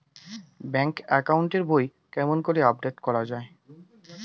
Bank account এর বই কেমন করি আপডেট করা য়ায়?